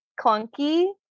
clunky